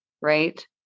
right